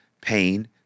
pain